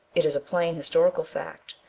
it is a plain historical fact,